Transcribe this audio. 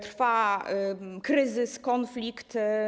Trwa kryzys, konflikt.